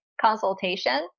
consultation